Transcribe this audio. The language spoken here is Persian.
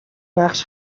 نقش